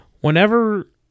Whenever